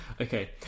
Okay